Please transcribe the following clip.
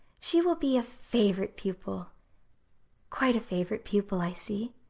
she will be a favorite pupil quite a favorite pupil, i see.